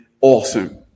Awesome